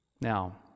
Now